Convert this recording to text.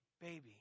baby